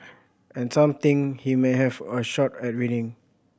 and some think he may have a shot at winning